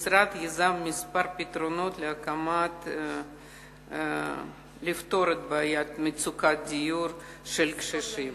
המשרד יזם כמה פתרונות כדי לפתור את בעיית מצוקת הדיור של הקשישים.